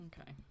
Okay